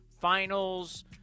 Finals